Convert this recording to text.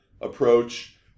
approach